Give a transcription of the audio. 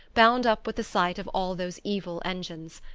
bound up with the sight of all those evil engines.